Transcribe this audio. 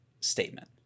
statement